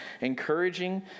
encouraging